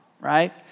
right